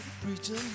preaching